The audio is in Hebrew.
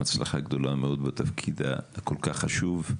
הצלחה גדולה מאוד בתפקיד הכול כך חשוב.